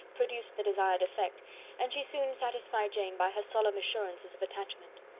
produced the desired effect and she soon satisfied jane by her solemn assurances of attachment.